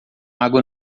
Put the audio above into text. água